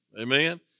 amen